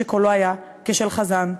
שקולו היה כשל חזן.